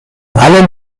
allen